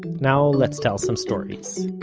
now let's tell some stories